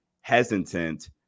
hesitant